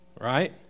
right